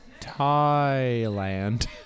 Thailand